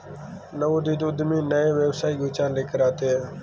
नवोदित उद्यमी नए व्यावसायिक विचार लेकर आते हैं